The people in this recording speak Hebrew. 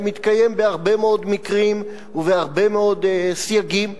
והוא מתקיים בהרבה מאוד מקרים ובהרבה מאוד סייגים,